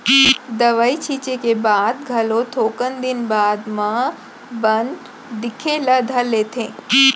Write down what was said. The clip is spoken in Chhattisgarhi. दवई छींचे के बाद घलो थोकन दिन बाद म बन दिखे ल धर लेथे